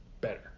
better